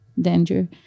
danger